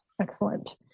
excellent